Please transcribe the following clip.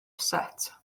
set